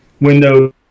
windows